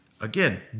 Again